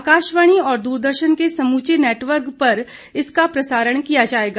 आकाशवाणी और दूरदर्शन के समूचे नेटवर्क पर इसका प्रसारण किया जायेगा